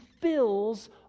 fills